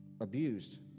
abused